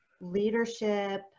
leadership